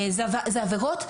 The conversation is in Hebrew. אלה עבירות,